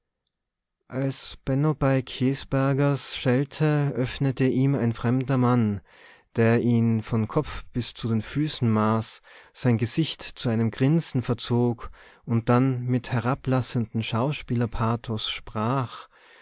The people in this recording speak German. als benno bei käsbergers schellte öffnete ihm ein fremder mann der ihn vom kopf bis zu den füßen maß sein gesicht zu einem grinsen verzog und dann mit herablassendem schauspielerpathos sprach